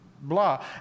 blah